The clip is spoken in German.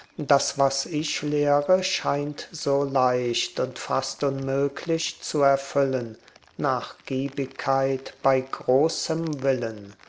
das was ich lehre scheint so leicht und fast unmöglich zu erfüllen nachgiebigkeit bei großem willen